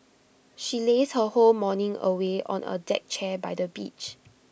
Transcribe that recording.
she lazed her whole morning away on A deck chair by the beach